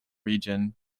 region